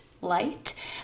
light